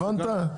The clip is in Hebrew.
הבנת?